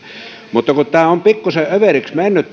mutta tämä automaattinen liikennevalvonta on pikkuisen överiksi mennyt